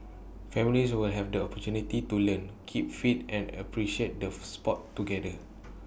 families will have the opportunity to learn keep fit and appreciate the Sport together